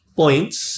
points